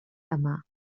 yma